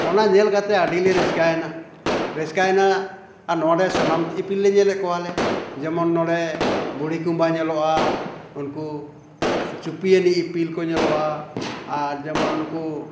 ᱚᱱᱟ ᱧᱮᱞ ᱠᱟᱛᱮᱫ ᱟᱹᱰᱤ ᱞᱮ ᱨᱟᱹᱥᱠᱟᱹᱭᱮᱱᱟ ᱨᱟᱹᱥᱠᱟᱹᱭᱮᱱᱟ ᱟᱨ ᱱᱚᱰᱮ ᱥᱟᱱᱟᱢ ᱤᱯᱤᱞ ᱞᱮ ᱧᱮᱞᱮᱫ ᱠᱚᱣᱟᱞᱮ ᱡᱮᱢᱚᱱ ᱱᱚᱰᱮ ᱵᱩᱲᱦᱤ ᱠᱩᱢᱵᱟᱹ ᱧᱮᱞᱚᱜᱼᱟ ᱩᱱᱠᱩ ᱪᱩᱯᱤᱭᱟᱱᱤᱡ ᱤᱯᱤᱞ ᱠᱚ ᱧᱮᱞᱚᱜᱼᱟ ᱟᱨ ᱡᱮᱢᱚᱱ ᱱᱩᱠᱩ